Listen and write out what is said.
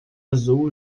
azul